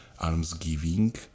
almsgiving